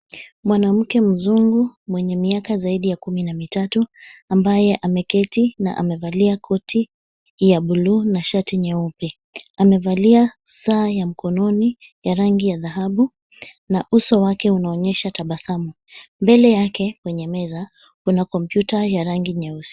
Mwanamke mzungu mwenye miaka zaidi ya kumi na mitatu ambaye ameketi na amevalia koti ya bluu na shati nyeupe. Amevalia saa ya mkononi ya rangi ya dhahabu na uso wake unaonyesha tabasamu. Mbele yake kwenye meza kuna kompyuta ya rangi nyeusi.